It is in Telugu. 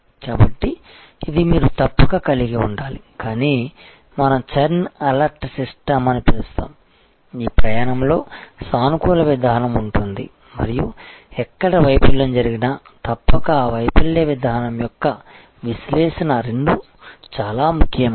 కాబట్టి ఇది మీరు తప్పక కలిగి ఉండాలి కానీ మనం చర్న్ అలర్ట్ సిస్టమ్ అని పిలుస్తాము ఈ ప్రయాణంలో సానుకూల విధానం ఉంటుంది మరియు ఎక్కడ వైఫల్యం జరిగినా తప్పక ఆ వైఫల్య విధానం యొక్క విశ్లేషణ రెండూ చాలా ముఖ్యమైనవి